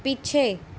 ਪਿੱਛੇ